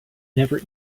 never